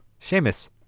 Seamus